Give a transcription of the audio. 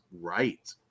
right